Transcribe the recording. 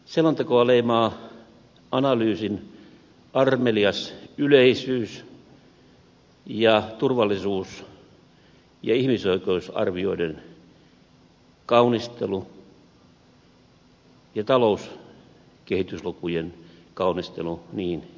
selontekoa leimaa analyysin armelias yleisyys ja turvallisuus ja ihmisoikeusarvioiden kaunistelu ja talouskehityslukujen kaunistelu niin ikään